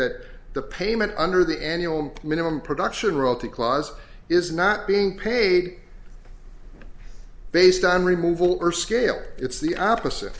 that the payment under the annual minimum production royalty clause is not being paid based on removal or scale it's the opposite